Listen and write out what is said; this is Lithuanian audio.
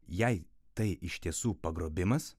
jei tai iš tiesų pagrobimas